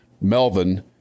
Melvin